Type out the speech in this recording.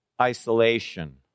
isolation